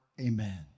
Amen